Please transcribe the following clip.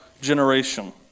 generation